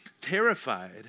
terrified